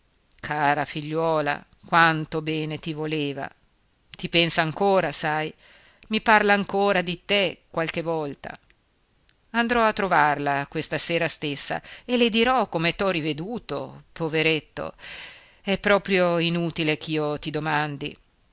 cara figliuola quanto bene ti voleva ti pensa ancora sai mi parla ancora di te qualche volta andrò a trovarla questa sera stessa e le dirò che t'ho riveduto poveretto è proprio inutile ch'io ti domando